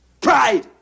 Pride